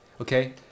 Okay